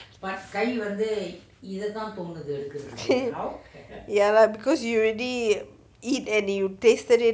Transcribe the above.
ya lah because you already eat and you tasted it